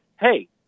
Hey